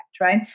Right